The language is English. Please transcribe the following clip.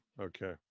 okay